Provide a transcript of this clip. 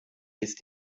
ist